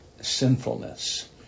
sinfulness